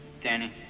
Danny